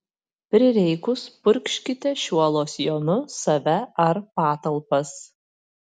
prireikus purkškite šiuo losjonu save ar patalpas